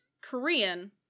Korean